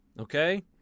Okay